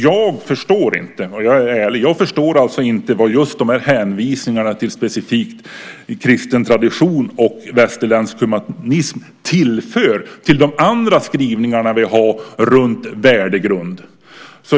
Jag förstår inte, och jag är ärlig, vad just de här hänvisningarna till specifikt kristen tradition och västerländsk humanism tillför till de andra skrivningar som vi har runt värdegrunden.